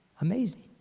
Amazing